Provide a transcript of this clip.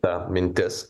ta mintis